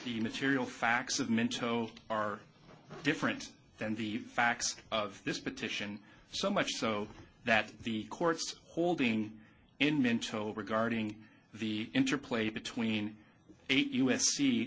the material facts of mentos are different than the facts of this petition so much so that the court's holding in mental regarding the interplay between eight u